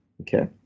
Okay